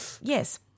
Yes